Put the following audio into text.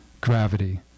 gravity